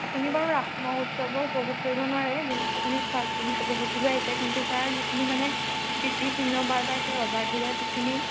আপুনি বাৰু ৰাস মহোউৎসৱো উপভোগ কৰিব নোৱাৰে যিহেতু আপুনি লৈ আহিছে কিন্তু তাৰ যিখিনি মানে কীৰ্তিচিহ্ন বা তাৰ সেই ৰজাঘৰীয়া যিখিনি